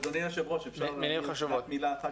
אדוני היושב-ראש, אפשר להגיד רק מילה אחת?